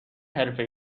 حرفه